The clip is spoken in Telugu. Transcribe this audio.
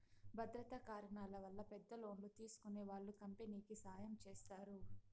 భద్రతా కారణాల వల్ల పెద్ద లోన్లు తీసుకునే వాళ్ళు కంపెనీకి సాయం చేస్తారు